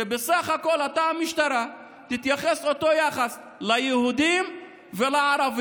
שבסך הכול אותה משטרה תתייחס באותו יחס ליהודים ולערבים.